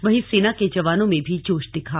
वहीं सेना के जवानों में भी जोश दिखा